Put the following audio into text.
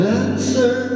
answer